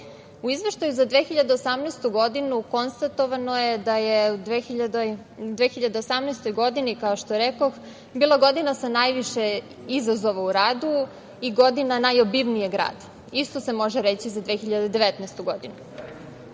U izveštaju za 2018. godinu konstatovano je da je 2018. godina, kao što rekoh, bila godina sa najviše izazova u radu i godina najobimnijeg rada. Isto se može reći do 2019. godinu.